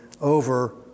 over